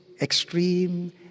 extreme